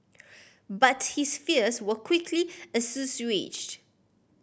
but his fears were quickly assuaged